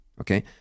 okay